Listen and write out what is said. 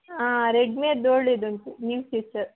ಹಾಂ ರೆಡ್ಮಿಯದು ಒಳ್ಳೆಯದುಂಟು ನ್ಯೂ ಫೀಚರ್